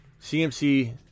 CMC